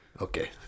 Okay